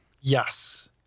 Yes